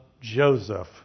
Joseph